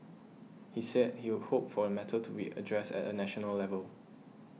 he said he would hoped for the matter to be addressed at a national level